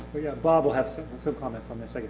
but yeah bob will have some so comments on this. like